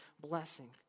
blessing